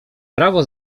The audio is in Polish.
prawo